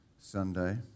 Sunday